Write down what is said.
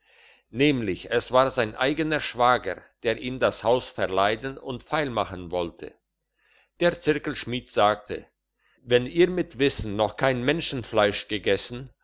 nämlich es war sein eigener schwager der ihm das haus verleiden und feilmachen wollte der zirkelschmied sagte wenn ihr mit wissen noch kein menschenfleisch gegessen